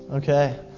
Okay